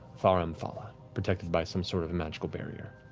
thar amphala, protected by some sort of magical barrier.